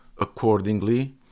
accordingly